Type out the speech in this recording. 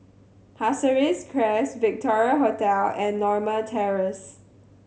Pasir Ris Crest Victoria Hotel and Norma Terrace